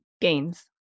gains